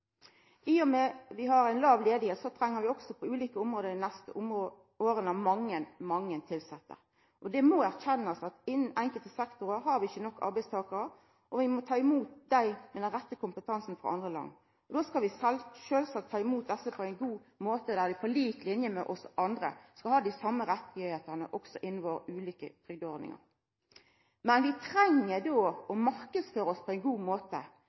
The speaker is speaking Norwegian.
I og med at vi har låg arbeidsløyse, treng vi på ulike område dei neste åra mange tilsette. Vi må erkjenna at vi innanfor enkelte sektorar ikkje har nok arbeidstakarar, og vi må ta imot dei frå andre land som har den rette kompetansen. Då skal vi sjølvsagt ta imot desse på ein god måte, og dei skal på lik linje med oss andre ha dei same rettane innanfor våre ulike trygdeordningar. Men vi treng då å marknadsføra oss på ein god måte,